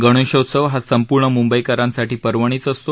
गणेशोत्सव हा संपूर्ण मुंबईकरांसाठी पर्वणीच असते